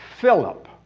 Philip